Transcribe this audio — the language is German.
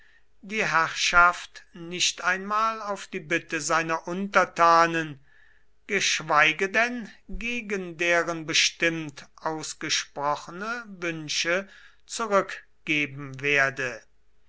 die herrschaft nicht einmal auf die bitte seiner untertanen geschweige denn gegen deren bestimmt ausgesprochene wünsche zurückgeben werde